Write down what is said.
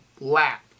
lap